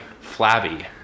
flabby